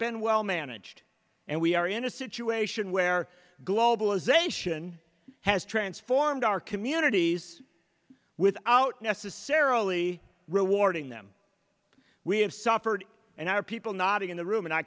been well managed and we are in a situation where globalization has transformed our communities without necessarily rewarding them we have suffered and are people not in the room and i